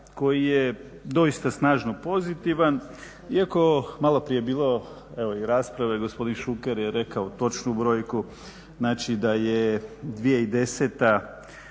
koji je doista snažno pozitivan iako je malo prije bilo evo i rasprave. Gospodin Šuker je rekao točnu brojku. Znači da je 2010. bila